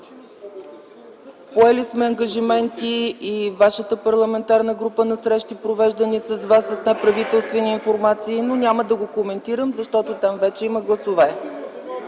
Поели сме ангажименти. И вашата парламентарна група на срещи, провеждани от вас с неправителствени формации. Няма да го коментирам. Подлагам на гласуване